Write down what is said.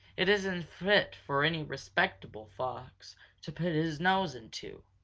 it isn't fit for any respectable fox to put his nose into.